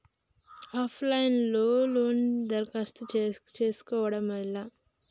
Of line లో loan దరఖాస్తు చేసుకోవడం ఎలా?